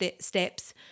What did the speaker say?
steps